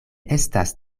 estas